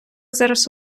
зараз